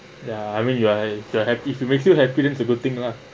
ya I mean you're you're hap~ if you feel happy then it's a good thing lah